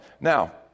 Now